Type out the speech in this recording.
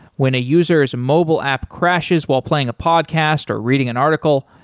when a user s mobile app crashes while playing a podcast, or reading an article,